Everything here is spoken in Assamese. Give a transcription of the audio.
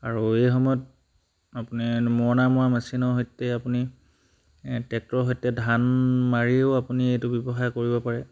আৰু এই সময়ত আপুনি মৰণা মৰা মেচিনৰ সৈতে আপুনি এ ট্ৰেক্টৰৰ সৈতে ধান মাৰিও আপুনি এইটো ব্যৱসায় কৰিব পাৰে